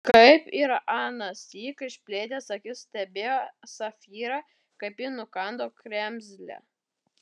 kaip ir anąsyk išplėtęs akis stebėjo safyrą kaip ji nukando kremzlę